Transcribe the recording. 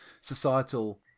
societal